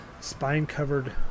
spine-covered